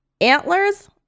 antlers